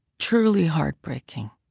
truly heartbreaking.